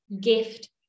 gift